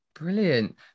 Brilliant